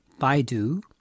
Baidu